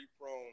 prone